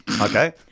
okay